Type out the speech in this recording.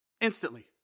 Instantly